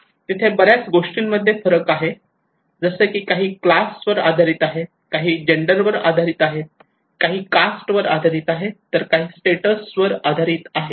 तिथे बऱ्याच गोष्टींमध्ये फरक आहे जसे की काही क्लास वर आधारित आहे काही जेंडर आधारित आहे काही कास्ट आधारित आहेत तर काही स्टेटस वर आधारित आहेत